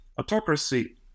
autocracy